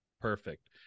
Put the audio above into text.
perfect